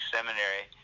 Seminary